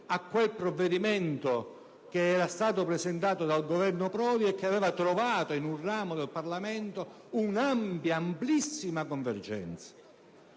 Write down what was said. a quel provvedimento che era stato presentato dal Governo Prodi e che aveva trovato in un ramo del Parlamento un'ampia, amplissima convergenza.